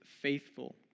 faithful